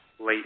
Late